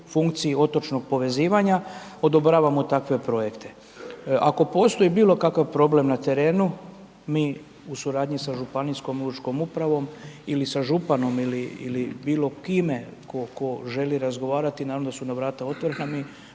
funkciji otočnog povezivanja, odobravamo takve projekte. Ako postoji bilo kakav problem na terenu, mi u suradnji sa županijskom lučkom upravom ili sa županom ili bilo kime tko želi razgovarati, naravno da su nam vrata otvorena, mi